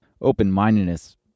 Open-mindedness